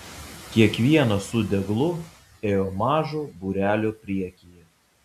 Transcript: kiekvienas su deglu ėjo mažo būrelio priekyje